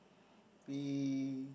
we